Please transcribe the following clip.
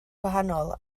gwahanol